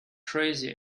crazy